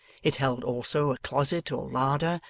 it held also a closet or larder,